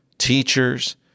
teachers